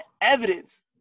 evidence